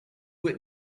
wit